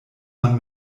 man